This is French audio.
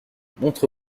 montre